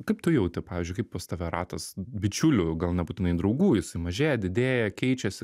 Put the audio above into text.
kaip tu jauti pavyzdžiui kaip pas tave ratas bičiulių gal nebūtinai draugų jisai mažėja didėja keičiasi